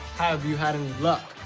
have you had any luck?